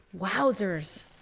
wowzers